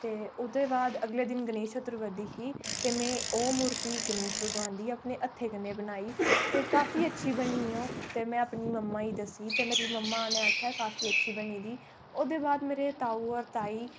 ते ओहदे बाद अगले दिन गनेश चतुर्थी ही ते में ओह् मूर्ति गनेश भगवान दी अपने हत्थें कनै बनाई ते काफी अच्छी बनी ते में ओह् अपनी मम्मा गी दस्सी ते मेरी मम्मा ने आखेआ काफी अच्छी बनी दी ओह्दे बाद मेरे ताऊ और ताई